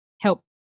help